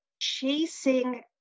chasing